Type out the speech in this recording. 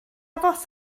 fath